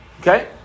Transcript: Okay